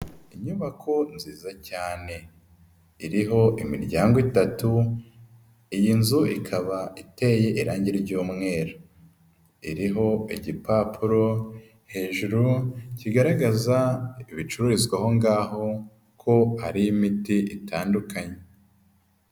Inyubako nziza cyane iriho imiryango itatu, iyi nzu ikaba iteye irange ry'umweru, iriho igipapuro hejuru kigaragaza ibicururizwa aho ngaho ko hari imiti itandukanye.